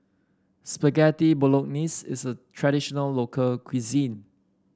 Spaghetti Bolognese is a traditional local cuisine